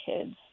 kids